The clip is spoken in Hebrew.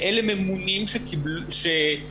ואלה ממונים שמונו,